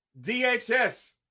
DHS